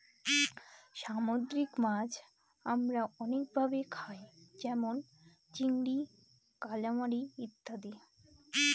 সামুদ্রিক মাছ আমরা অনেক ভাবে খায় যেমন চিংড়ি, কালামারী ইত্যাদি